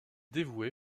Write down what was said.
dévoué